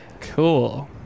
Cool